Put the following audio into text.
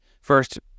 First